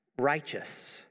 righteous